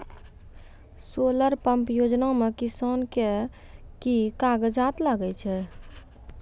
Solar pump योजना म किसान के की कागजात लागै छै?